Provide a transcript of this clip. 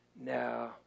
No